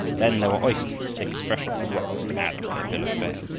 then there were oysters, taken fresh off the rocks, to add to their bill of fare.